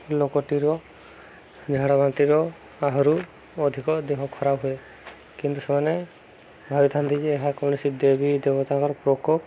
ଲୋକଟିର ଝାଡ଼ା ବାନ୍ତିର ଆହୁରି ଅଧିକ ଦେହ ଖରାପ ହୁଏ କିନ୍ତୁ ସେମାନେ ଭାବିଥାନ୍ତି ଯେ ଏହା କୌଣସି ଦେବୀ ଦେବତାଙ୍କର ପ୍ରକୋପ